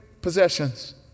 possessions